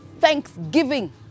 thanksgiving